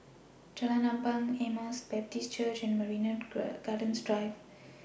Jalan Ampang Emmaus Baptist Church and Marina Gardens Drive